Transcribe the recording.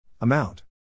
amount